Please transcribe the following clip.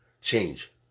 change